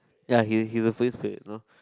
ya he he is a free spirit you know